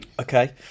Okay